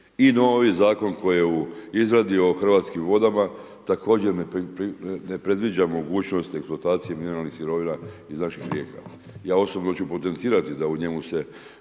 i novi Zakon koji je u izradi o hrvatskim vodama, također ne predviđa mogućnost …/Govornik se ne razumije./… mirovnih sirovina iz naših rijeka. Ja osobno ću potencirati da u njemu se